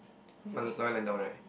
one one lying down right